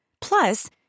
Plus